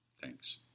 Thanks